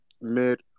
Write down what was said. mid